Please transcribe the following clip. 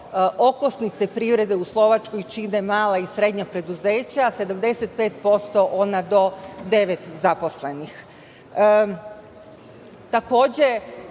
okosnice privrede u Slovačkoj čine mala i srednja preduzeća, a 75% ona do devet zaposlenih. Takođe,